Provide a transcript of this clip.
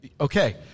Okay